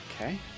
Okay